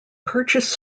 purchase